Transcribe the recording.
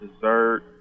dessert